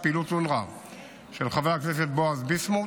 פעילות אונר"א של חבר הכנסת בועז ביסמוט,